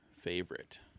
favorite